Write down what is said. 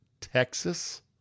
Texas